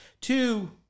Two